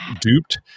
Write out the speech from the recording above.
duped